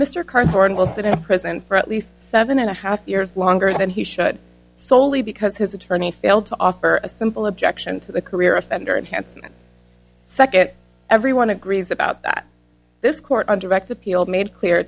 mr cardboard will sit in prison for at least seven and a half years longer than he should soley because his attorney failed to offer a simple objection to the career offender enhancement second everyone agrees about that this court on direct appeal made clear